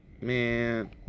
Man